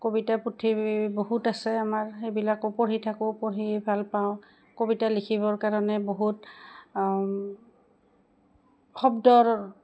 কবিতা পুথি বহুত আছে আমাৰ সেইবিলাকো পঢ়ি থাকোঁ পঢ়ি ভাল পাওঁ কবিতা লিখিবৰ কাৰণে বহুত শব্দৰ